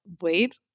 Wait